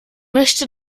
möchte